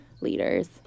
leaders